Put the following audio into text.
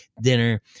dinner